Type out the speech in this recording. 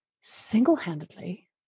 single-handedly